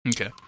Okay